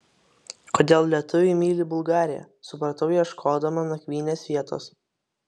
kodėl lietuviai myli bulgariją supratau ieškodama nakvynės vietos